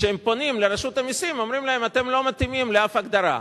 כשהם פונים לרשות המסים אומרים להם: אתם לא מתאימים לאף הגדרה.